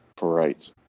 Right